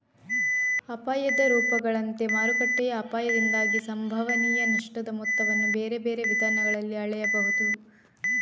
ಅಪಾಯದ ರೂಪಗಳಂತೆ ಮಾರುಕಟ್ಟೆಯ ಅಪಾಯದಿಂದಾಗಿ ಸಂಭವನೀಯ ನಷ್ಟದ ಮೊತ್ತವನ್ನು ಬೇರೆ ಬೇರೆ ವಿಧಾನಗಳಲ್ಲಿ ಅಳೆಯಬಹುದು